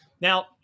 Now